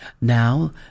Now